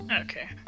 Okay